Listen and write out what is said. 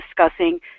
discussing